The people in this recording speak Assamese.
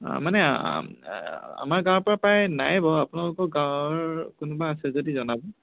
মানে আমাৰ গাঁৱৰ পৰা প্ৰায় নায়েই বাৰু আপোনালোকৰ গাঁৱৰ কোনোবা আছে যদি জনাব